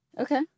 Okay